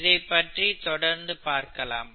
இதைப் பற்றி தொடர்ந்து பார்க்கலாம்